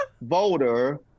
voter